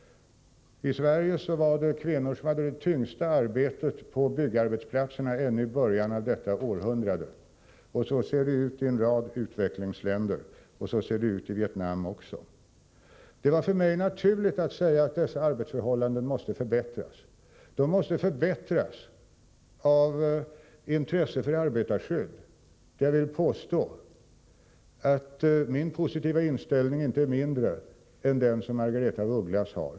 I Sverige var det kvinnor som hade det tyngsta arbetet på byggarbetsplatserna ännu i början av detta århundrade. Så ser det ut i en rad utvecklingsländer, och så ser det ut i Vietnam också. Det var för mig naturligt att säga att dessa arbetsförhållanden måste förbättras. Det är ett arbetarskyddsintresse att så sker. Jag vill påstå att min positiva inställning därvidlag inte är mindre än den som Margaretha af Ugglas har.